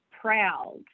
proud